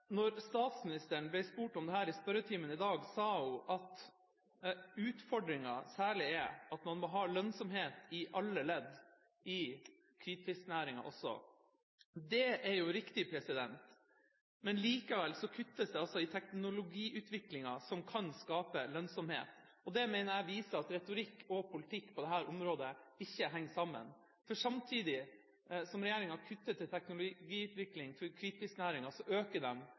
statsministeren ble spurt om dette i spørretimen tidligere i dag, sa hun at utfordringen er særlig at man også må ha lønnsomhet i alle ledd i hvitfisknæringen. Det er riktig, men likevel kuttes det i teknologiutviklingen som kan skape lønnsomhet. Dette mener jeg viser at retorikk og politikk på dette området ikke henger sammen. Samtidig som regjeringa kutter i teknologiutvikling for